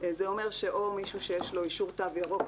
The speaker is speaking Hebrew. זה אומר שאו מישהו שיש לו אישור תו ירוק,